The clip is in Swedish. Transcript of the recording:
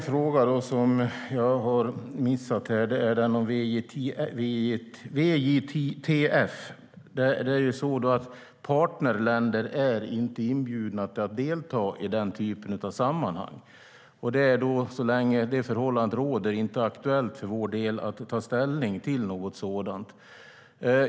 Fru talman! Jag har missat en fråga, nämligen om VJTF. Partnerländer är inte inbjudna till att delta i den typen av sammanhang. Så länge det förhållandet råder är det inte aktuellt för vår del att ta ställning till något sådant.